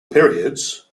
periods